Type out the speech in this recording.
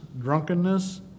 drunkenness